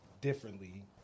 differently